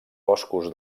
boscos